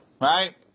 right